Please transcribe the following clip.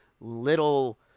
little